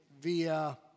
via